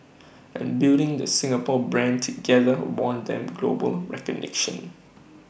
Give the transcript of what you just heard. and building the Singapore brand together won them global recognition